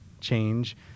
change